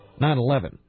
9-11